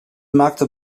maakte